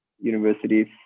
universities